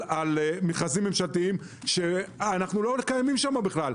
על מכרזים ממשלתיים שאנו לא קיימים שם בכלל.